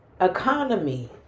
economy